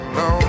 no